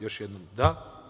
Još jednom, da.